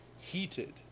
heated